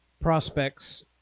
prospects